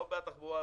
נגד תחבורה,